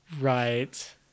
Right